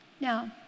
Now